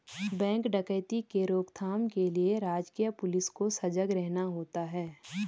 bank डकैती के रोक थाम के लिए राजकीय पुलिस को सजग रहना होता है